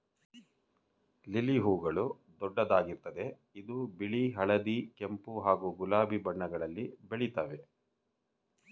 lily ಹೂಗಳು ದೊಡ್ಡದಾಗಿರ್ತದೆ ಇದು ಬಿಳಿ ಹಳದಿ ಕೆಂಪು ಹಾಗೂ ಗುಲಾಬಿ ಬಣ್ಣಗಳಲ್ಲಿ ಬೆಳಿತಾವೆ